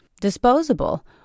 disposable